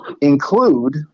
include